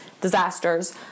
disasters